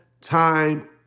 time